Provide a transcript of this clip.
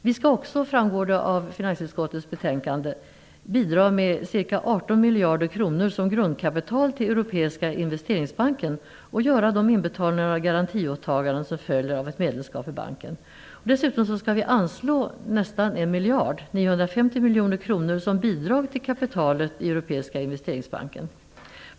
Vi skall också, framgår det av finansutskottets betänkande, bidra med ca 18 miljarder kronor som grundkapital till Europeiska investeringsbanken och göra de inbetalningar och garantiåtaganden som följer av ett medlemskap i banken. Dessutom skall vi anslå nästan 1 miljard, 950 miljoner kronor, som bidrag till kapitalet i Europeiska investeringsbanken.